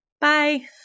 Bye